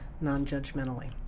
non-judgmentally